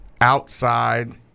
outside